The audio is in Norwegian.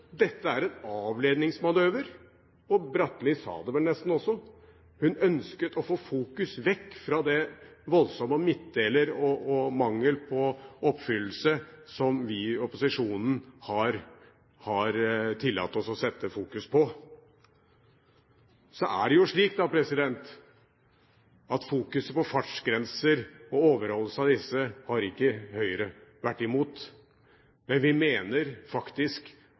dette på noen annen måte enn at det er en avledningsmanøver. Bratli sa det vel nesten også; hun ønsket å få fokus vekk fra det voldsomme med midtdelere og mangel på oppfyllelse som vi i opposisjonen har tillatt oss å fokusere på. Så er det slik at Høyre har ikke vært imot fokuset på fartsgrenser og overholdelse av disse, men vi mener faktisk